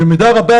במידה רבה,